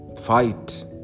Fight